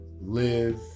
live